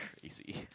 crazy